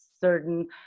certain